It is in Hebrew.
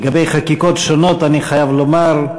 לגבי חקיקות שונות, אני חייב לומר,